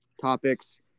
topics